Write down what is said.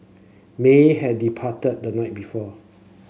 may had departed the night before